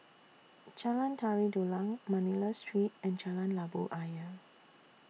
Jalan Tari Dulang Manila Street and Jalan Labu Ayer